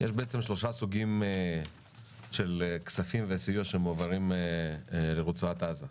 יש בעצם שלושה סוגים של כספים וסיוע שמועברים לרצועת עזה,